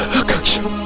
akansha